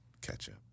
Ketchup